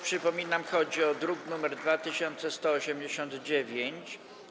Przypominam, że chodzi o druk nr 2189.